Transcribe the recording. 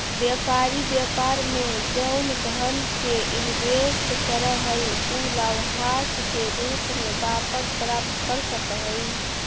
व्यापारी व्यापार में जउन धन के इनवेस्ट करऽ हई उ लाभांश के रूप में वापस प्राप्त कर सकऽ हई